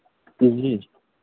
जी